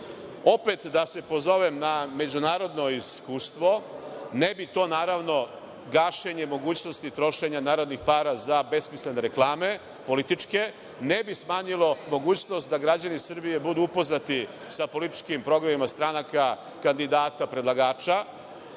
da se pozovem na međunarodno iskustvo. Ne bi to, naravno, gašenje mogućnosti trošenja narodnih para za besmislene reklame političke, ne bi smanjilo mogućnost da građani Srbije budu upoznati sa političkim programima stranaka, kandidata, predlagača.